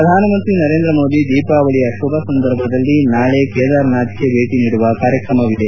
ಪ್ರಧಾನಮಂತ್ರಿ ನರೇಂದ್ರ ಮೋದಿ ದೀಪಾವಳಿಯ ಶುಭ ಸಂದರ್ಭದಲ್ಲಿ ನಾಳೆ ಕೇದಾರ್ನಾಥ್ಗೆ ಭೇಟಿ ನೀಡುವ ಕಾರ್ಯಕ್ರಮವಿದೆ